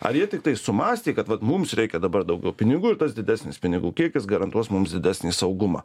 ar jie tiktai sumąstė kad vat mums reikia dabar daugiau pinigų ir tas didesnis pinigų kiekis garantuos mums didesnį saugumą